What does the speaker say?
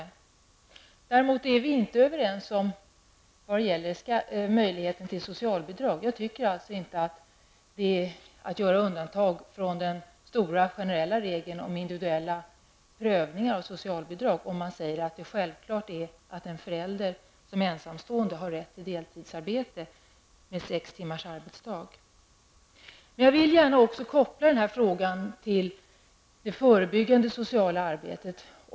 Vi är däremot inte överens när det gäller möjligheten till socialbidrag. Jag tycker inte att det är att göra undantag från den stora generella regeln om individuella prövningar av socialbidrag när man säger att det är självklart att ensamstående föräldrar har rätt till deltidsarbete med sex timmars arbetsdag. Jag vill även gärna koppla den här frågan till det förebyggande sociala arbetet.